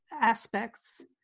aspects